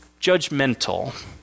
Judgmental